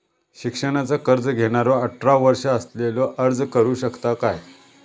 शिक्षणाचा कर्ज घेणारो अठरा वर्ष असलेलो अर्ज करू शकता काय?